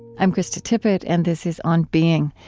i'm krista tippett, and this is on being.